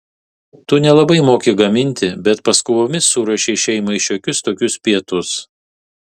tu nelabai moki gaminti bet paskubomis suruošei šeimai šiokius tokius pietus